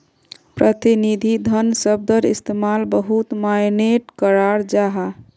प्रतिनिधि धन शब्दर इस्तेमाल बहुत माय्नेट कराल जाहा